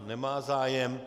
Nemá zájem.